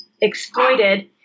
exploited